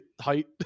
height